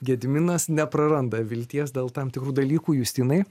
gediminas nepraranda vilties dėl tam tikrų dalykų justinai